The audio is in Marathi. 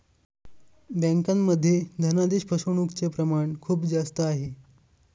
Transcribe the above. बँकांमध्ये धनादेश फसवणूकचे प्रमाण खूप जास्त आहे